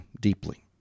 deeply